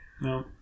No